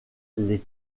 les